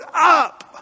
up